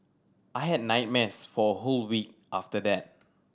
I had nightmares for a whole week after that